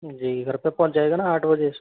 जी घर पर पहुँच जाएगा ना आठ बजे